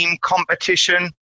competition